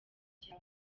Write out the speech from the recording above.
gihe